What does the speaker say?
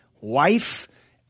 wife